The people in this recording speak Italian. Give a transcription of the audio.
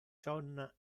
john